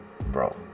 bro